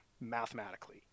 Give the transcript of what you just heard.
mathematically